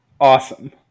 Awesome